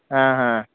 ಹಾಂ ಹಾಂ